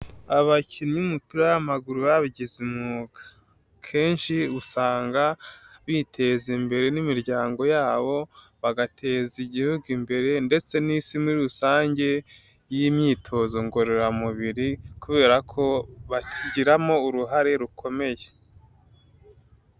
Abakinnyi b'umupira w'amaguru babigize umwuga, kenshi usanga biteza imbere n'imiryango yabo, bagateza igihugu imbere ndetse n'isi muri rusange y'imyitozo ngororamubiri kubera ko bagiramo uruhare rukomeye.